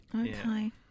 okay